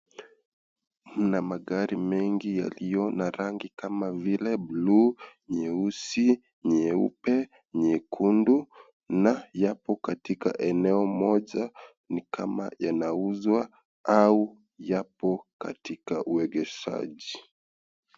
Kuna magari mengi yaliyo na rangi kama vile bluu, nyeusi nyeupe, nyekundu na yapo katika eneo moja ni kama yanauzwa au yapo katika uegeshaji.